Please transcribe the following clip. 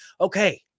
Okay